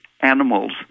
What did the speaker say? animals